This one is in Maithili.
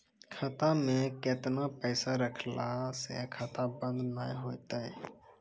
खाता मे केतना पैसा रखला से खाता बंद नैय होय तै?